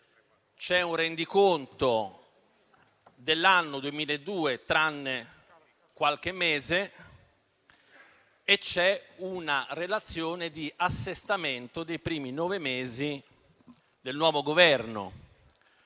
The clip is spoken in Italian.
c'è un rendiconto dell'anno 2022 - tranne qualche mese - e c'è una relazione di assestamento relativa ai primi nove mesi del nuovo Governo.